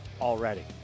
already